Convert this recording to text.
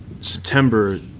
September